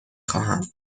خواهم